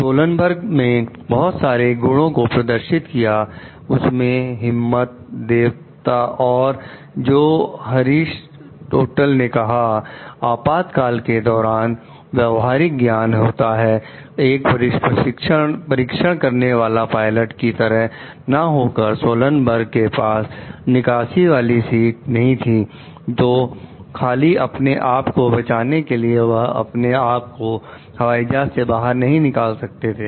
Sullenberger नहीं थी तो खाली अपने आप को बचाने के लिए वह अपने आप को हवाई जहाज से बाहर नहीं निकाल सकते थे